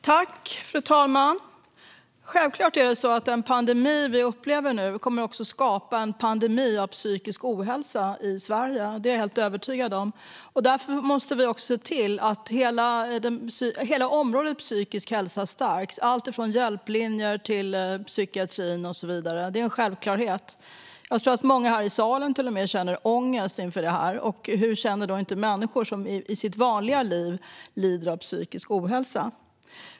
Fru talman! Självklart kommer den pandemi vi upplever nu också att skapa en pandemi av psykisk ohälsa i Sverige - det är jag helt övertygad om. Därför måste vi se till att hela området psykisk hälsa stärks, alltifrån hjälplinjer till psykiatrin och så vidare. Det är en självklarhet. Jag tror till och med att många här i salen känner ångest inför det här. Hur känner då inte människor som i sitt vanliga liv lider av psykisk ohälsa?